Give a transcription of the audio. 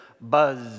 buzz